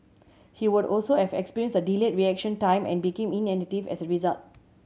he would also have experienced a delayed reaction time and became inattentive as a result